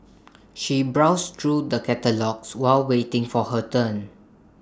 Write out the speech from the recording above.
she browsed through the catalogues while waiting for her turn